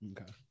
Okay